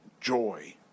joy